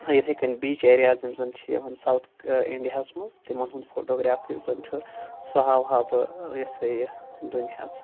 یِتھٕے کٔنۍ beach areas یِم زَن چھِ یِوان ساوُتھ اِنڈیاہَس منٛز تِمن ہُنٛد فوٹوگراف یُس زَن چھُ سُہ ہاوٕ ہا بہٕ یہِ ہسا یہِ دُنیَہس